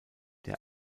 der